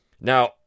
Now